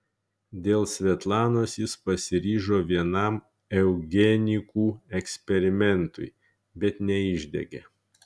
dėl svetlanos jis pasiryžo vienam eugenikų eksperimentui bet neišdegė